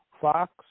Fox